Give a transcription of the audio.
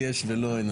לי יש ולו אין,